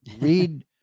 read